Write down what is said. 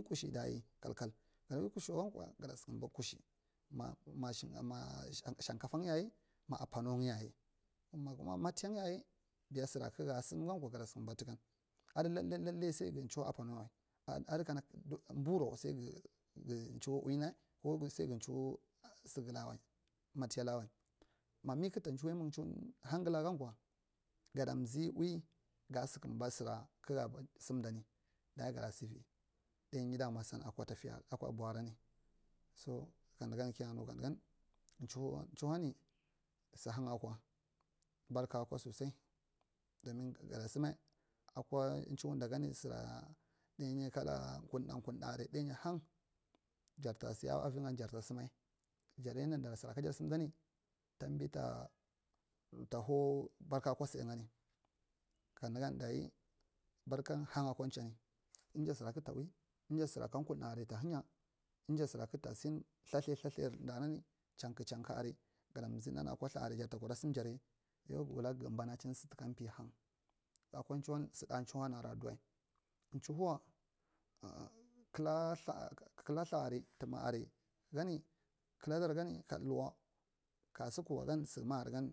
Mung ui kushi taya kalkal gada ui kusha wai gankwa gaa kusumba kushi ma shankafan yayi ma apanu nga yayi ma makyan yaya biya sera kaknga sam gankwa gada sukum ba tuka adi lallai lalla sai gan chihoe apanuewal adikana buru sa ga. Ga chihoe ulina ku sai ga chihoe segakwal matiya lawai mami kak ta chi hoe ya muna chihoe hangale gankwa gada umzec ui ga sukumba sera kak ta sam dani dayi ga se vi dainyi dama san akwa tokoy akwa buv arani so kan nga ni kiya nukanga chihoeni si heng akwa bawka kwa sosai domin gada sama akwa chihoe da gani sera danyi kala kuɗa kudai arau ɗainyi hang jar ta si auvi nga jar ta sama jarya nunda sera ka jar sam dani tambi ta hau barka ku sa agam. Ka ningan dayi barkan hang akwa chin ngja sara kak la ui ngja sura kan kunɗa aria ta hunyi ngsa sura kaktasun lthala ltha lthar thar thar nanang changku changku arai gada za. Nan aka ltha aria sar ta ku da sam jaryis yau gawuu gam banacin su tukam pi hang akwa chihoe su dai anhoe adadiwai chihoewa an un kakr ltha aray tuma aria sany kaladar gani ka ɗal wa kasukuwagani su makar gan